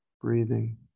breathing